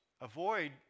avoid